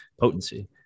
potency